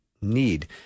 Need